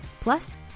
Plus